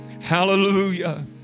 Hallelujah